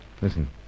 listen